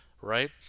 right